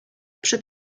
przed